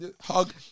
hug